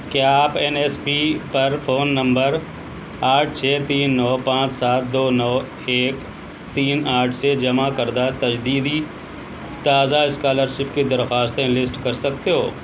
کیا آپ N S P پر فون نمبر آٹھ چھ تین نو پانچ سات دو نو ایک تین آٹھ سے جمع کردہ تجدیدی تازہ اسکالر شپ کی درخواستیں لسٹ کر سکتے ہو